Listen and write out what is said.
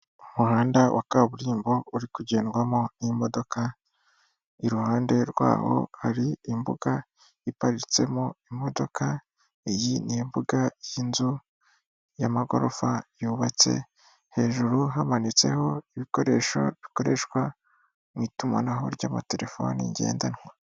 Umuhanda wa kaburimbo uri kugendwamo n'imodoka, iruhande rwawo hari imbuga iparitsemo imodoka, iyi n'imbuga y'inzu y'amagorofa yubatse hejuru hamatseho ibikoresho bikoreshwa mu itumanaho ry'amaterefoni ngendanwa.